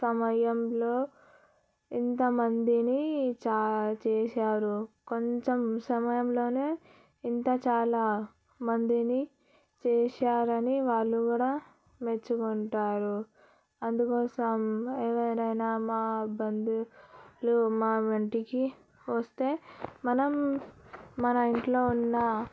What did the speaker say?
సమయంలో ఇంత మందిని చాలా చేశారు కొంచెం సమయంలో ఇంత చాలా మందిని చేశారని వాళ్ళు కూడా మెచ్చుకుంటారు అందుకోసం ఎవరైనా మా బంధువులు మా ఇంటికి వస్తే మనం మన ఇంట్లో ఉన్న